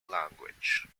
language